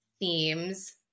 Themes